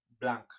blank